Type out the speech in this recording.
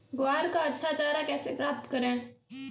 ग्वार का अच्छा चारा कैसे प्राप्त करें?